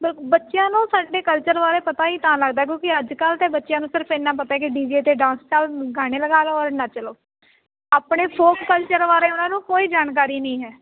ਬੱਚਿਆਂ ਨੂੰ ਸਾਡੇ ਕਲਚਰ ਬਾਰੇ ਪਤਾ ਹੀ ਤਾਂ ਲੱਗਦਾ ਕਿਉਂਕਿ ਅੱਜ ਕੱਲ੍ਹ ਅਤੇ ਬੱਚਿਆਂ ਨੂੰ ਸਿਰਫ ਇੰਨਾ ਪਤਾ ਕਿ ਡੀ ਜੇ 'ਤੇ ਡਾਂਸ ਚੱਲ ਗਾਣੇ ਲਗਾ ਲਓ ਔਰ ਨੱਚ ਲਓ ਆਪਣੇ ਫੋਕ ਕਲਚਰ ਬਾਰੇ ਉਹਨਾਂ ਨੂੰ ਕੋਈ ਜਾਣਕਾਰੀ ਨਹੀਂ ਹੈ